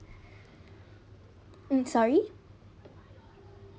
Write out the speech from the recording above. um sorry